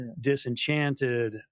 disenchanted